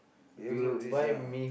favourite dish ah